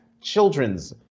children's